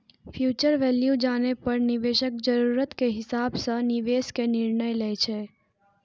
future value जानै पर निवेशक जरूरत के हिसाब सं निवेश के निर्णय लै छै